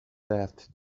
that